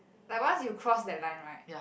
like once you cross that line right